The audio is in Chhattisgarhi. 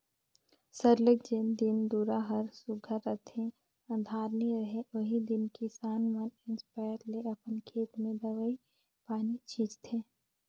सरलग जेन दिन दुरा हर सुग्घर रहथे अंधार नी रहें ओही दिन किसान मन इस्पेयर ले अपन खेत में दवई पानी छींचथें